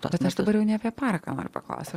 nors aš dabar jau ne apie paraką noriu paklausti